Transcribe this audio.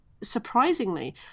Surprisingly